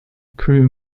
crew